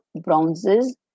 bronzes